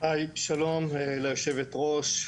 שלום ליושבת-ראש,